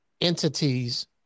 entities